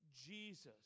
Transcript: Jesus